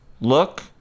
look